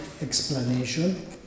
explanation